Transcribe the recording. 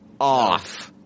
off